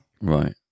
Right